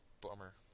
Bummer